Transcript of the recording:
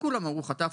וכולם אמרו: חטפתי,